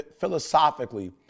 philosophically